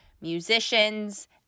musicians